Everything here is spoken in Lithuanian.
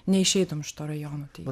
neišeitum iš to rajono tai